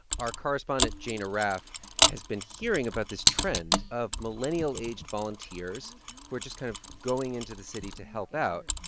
our correspondent jane arraf has been hearing about this trend of millennial-aged volunteers who are just kind of going into the city to help out.